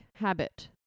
habit